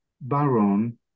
Baron